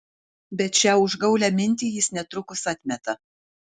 bet šią užgaulią mintį jis netrukus atmeta